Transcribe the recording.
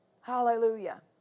Hallelujah